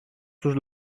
τους